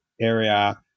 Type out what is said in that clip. area